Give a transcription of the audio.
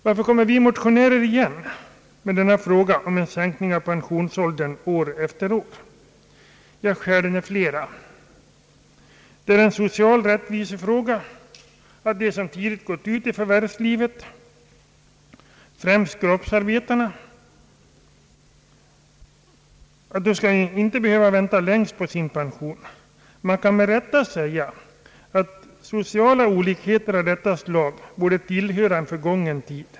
Varför kommer vi motionärer igen år efter år med denna fråga om en sänkning av pensionsåldern? Skälen är flera. Det är en social rättvisefråga att de som tidigast gått ut i förvärvslivet — främst kroppsarbetarna — inte skall behöva vänta längst på sin pension. Man kan med rätta säga att sociala olikheter av detta slag borde tillhöra en förgången tid.